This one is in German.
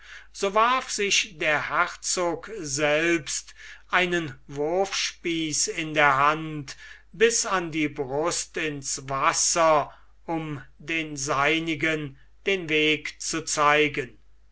so warf sich der herzog selbst einen wurfspieß in der hand bis an die brust ins wasser um den seinigen den weg zu zeigen